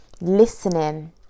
listening